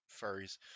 furries